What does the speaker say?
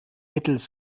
mittels